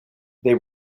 they